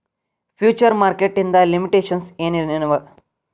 Future market ಇಂದ್ limitations ಏನ್ ಏನವ?